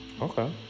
Okay